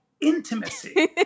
intimacy